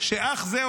שאך זה,